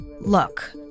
Look